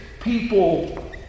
people